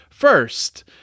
First